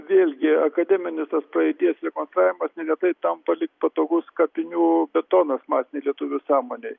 vėlgi akademinis praeities rekonstravimas neretai tampa lyg patogus kapinių betonas masinei lietuvių sąmonėj